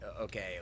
okay